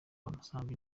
umusambi